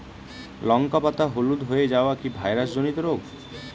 লঙ্কা পাতা হলুদ হয়ে যাওয়া কি ভাইরাস জনিত রোগ?